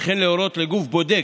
וכן להורות לגוף בודק,